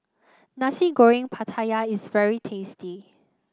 Nasi Goreng Pattaya is very tasty